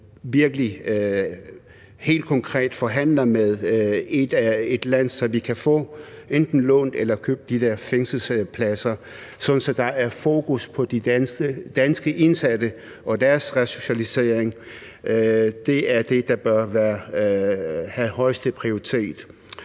helt konkret forhandler med et land, så vi enten kan få lånt eller købt de der fængselspladser, sådan at der kan komme fokus på de danske indsatte og deres resocialisering. Det er det, der bør have højeste prioritet.